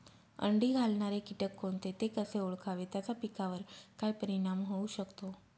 अंडी घालणारे किटक कोणते, ते कसे ओळखावे त्याचा पिकावर काय परिणाम होऊ शकतो?